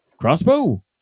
crossbow